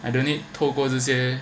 I don't need 透过这些